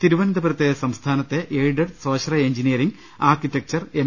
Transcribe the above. തിരുവനന്തപുരത്ത് സംസ്ഥാനത്തെ എയ്ഡഡ് സ്വാശ്രയ് എഞ്ചിനിയറിംഗ് ആർകിടെക്ചർ എം